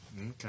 Okay